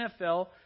NFL